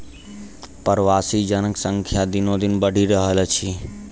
प्रवासी जनक संख्या दिनोदिन बढ़ि रहल अछि